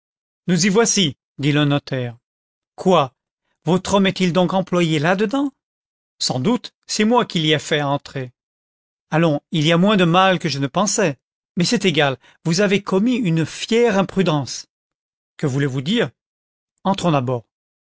nous y voici dit le notaire quoi votre homme est-il donc employé là dedans sans doute c'est moi qui l'y ai fait entrer allons il y a moins de mal que je ne pensais mais c'est égal vous avez commis une fière imprudence que voulez-vous dire entrons d'abord